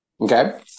Okay